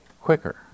quicker